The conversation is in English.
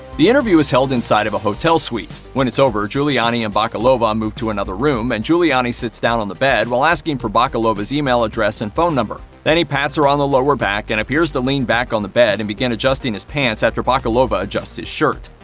the interview is held inside of a hotel suite. when it's over, giuliani and bakalova um move to another room, and giuliani sits down on the bed while asking for bakalova's email address and phone number. then he pats her on the lower back, and appears to lean back on the bed and begin adjusting his pants after bakalova adjusts his shirt.